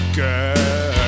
girl